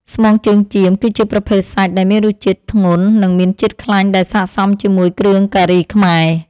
ស្មងជើងចៀមគឺជាប្រភេទសាច់ដែលមានរសជាតិធ្ងន់និងមានជាតិខ្លាញ់ដែលស័ក្តិសមជាមួយគ្រឿងការីខ្មែរ។